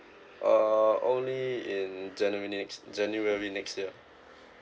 uh only in january next january next year